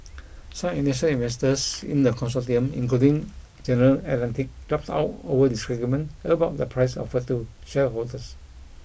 some initial investors in the consortium including General Atlantic dropped out over disagreement about the price offered to shareholders